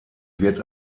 wird